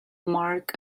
marc